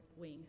wing